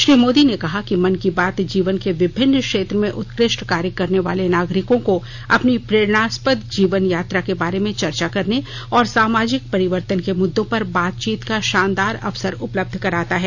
श्री मोदी ने कहा कि मन की बात जीवन के विभिन्न क्षेत्र में उत्कृष्ठ कार्य करने वाले नागरिकों को अपनी प्रेरणास्पद जीवन यात्रा के बारे में चर्चा करने और सामाजिक परिवर्तन के मुद्दों पर बातचीत का शानदार अवसर उपलब्ध कराता है